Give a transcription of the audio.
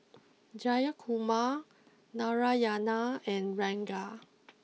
Jayakumar Narayana and Ranga